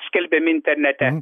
skelbiami internete